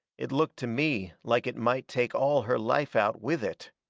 it looked to me like it might take all her life out with it.